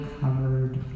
covered